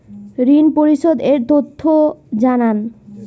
ঋন পরিশোধ এর তথ্য জানান